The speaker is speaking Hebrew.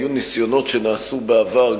נעשו ניסיונות בעבר,